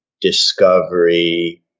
discovery